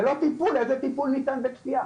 זה לא טיפול, איזה טיפול ניתן בכפייה?